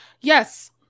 Yes